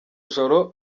joro